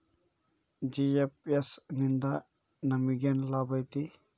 GFS ನಿಂದಾ ನಮೆಗೆನ್ ಲಾಭ ಐತಿ?